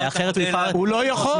כי אחרת --- הוא לא יכול,